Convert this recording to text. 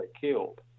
killed